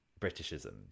britishisms